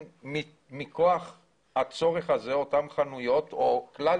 מכוח הצורך הזה אותן חנויות או כלל